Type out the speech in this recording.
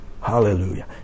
Hallelujah